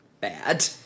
bad